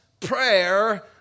prayer